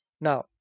Now